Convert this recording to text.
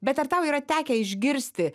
bet ar tau yra tekę išgirsti